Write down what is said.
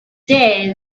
day